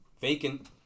vacant